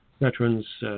veterans